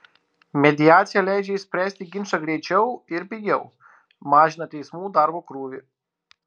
mediacija leidžia išspręsti ginčą greičiau ir pigiau mažina teismų darbo krūvį